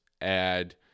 add